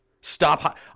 Stop